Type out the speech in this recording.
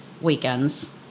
weekends